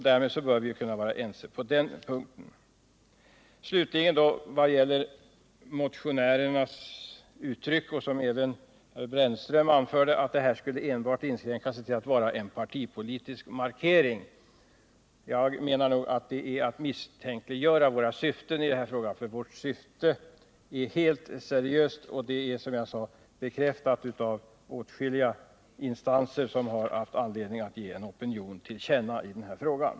Därmed bör vi kunna vara ense på den punkten. Motionärerna och även herr Brännström anför att vad det här gäller enbart skulle inskränka sig till en partipolitisk markering. Jag menar att det är att misstänkliggöra vårt syfte i denna fråga. Vårt syfte är helt seriöst, och det är, som jag sade, bekräftat av åtskilliga instanser som har haft anledning att ge en opinion till känna i denna fråga.